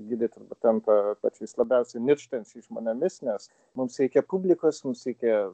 gidai ten tampa pačiais labiausiai mirštančiais žmonėmis nes mums reikia publikosmums reikia